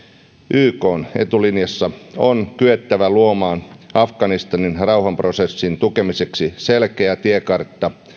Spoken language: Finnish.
ykn etulinjassa on kyettävä luomaan afganistanin rauhanprosessin tukemiseksi selkeä tiekartta